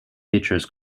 features